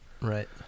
Right